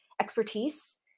expertise